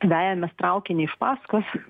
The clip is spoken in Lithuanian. vejamės traukinį iš paskos